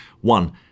One